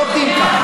לא עובדים ככה.